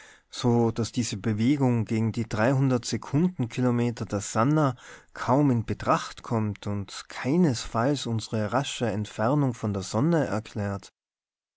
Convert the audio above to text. so daß diese bewegung gegen die sekundenkilometer der sannah kaum in betracht kommt und keinesfalls unsre rasche entfernung von der sonne erklärt